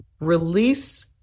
release